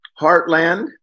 Heartland